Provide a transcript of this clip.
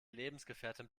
lebensgefährtin